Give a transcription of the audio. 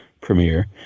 premiere